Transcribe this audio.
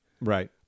Right